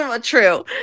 true